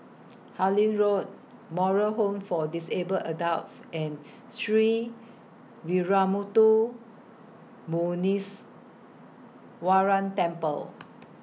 Harlyn Road Moral Home For Disabled Adults and Sree Veeramuthu Muneeswaran Temple